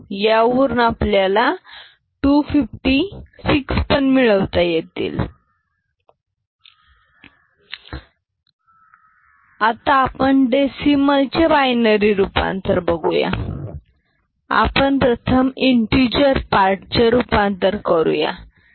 यावरून आपल्याला 256 पण मिळवता येतील आता आपण डेसिमल चे बायनरी रूपांतर बघुया आपण प्रथम इंटीजर पार्ट चे रूपांतर करूया